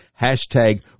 Hashtag